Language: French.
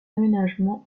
aménagement